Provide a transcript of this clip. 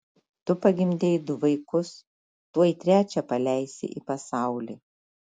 tu pagimdei du vaikus tuoj trečią paleisi į pasaulį